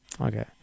Okay